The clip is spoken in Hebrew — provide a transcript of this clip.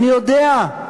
אני יודע,